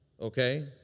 Okay